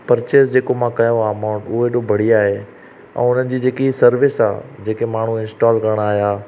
purchase जेको मां कयो आहे अमाउंट उहो हेॾो बढ़िया हुन जी जेकी सर्विस आहे जेके माण्हूं इंस्टॉल करणु आहियां